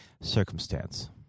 circumstance